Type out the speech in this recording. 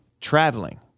traveling